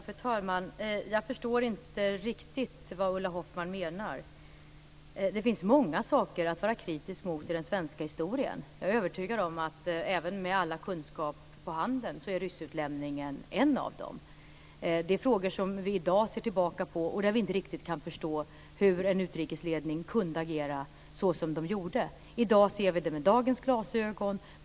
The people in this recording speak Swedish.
Fru talman! Jag förstår inte riktigt vad Ulla Hoffmann menar. Det finns många saker i den svenska historien att vara kritisk mot. Jag är övertygad om att även med all kunskap så att säga på handen är ryssutlämningen en av de frågor som vi i dag ser tillbaka på och där vi inte riktigt kan förstå hur en utrikesledning kunde agera så som man gjorde. I dag ser vi det med dagens glasögon.